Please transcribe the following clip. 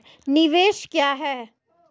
निवेश क्या है?